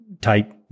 type